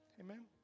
Amen